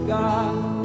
God